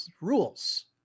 rules